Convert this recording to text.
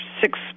six